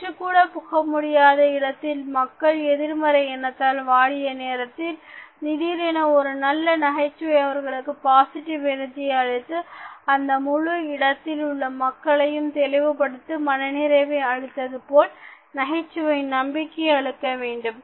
காற்று கூட புக முடியாத இடத்தில் மக்கள் எதிர்மறை எண்ணத்தால் வாடிய நேரத்தில் திடீரென ஒரு நல்ல நகைச்சுவை அவர்களுக்கு பாஸிட்டிவ் எனர்ஜியை அழித்து அந்த முழு இடத்தில் உள்ள மக்களையும் தெளிவுபடுத்தி மனநிறைவை அளித்தது போல் நகைச்சுவை நம்பிக்கை அளிக்க வேண்டும்